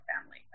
family